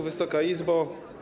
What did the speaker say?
Wysoka Izbo!